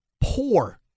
poor